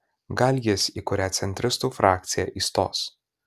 gal jis į kurią centristų frakciją įstos